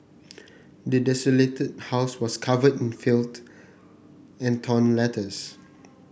the desolated house was covered in filth and torn letters